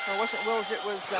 wasn't wills it was